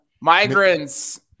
migrants